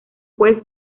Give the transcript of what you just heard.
juez